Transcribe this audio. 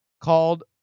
called